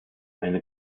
eine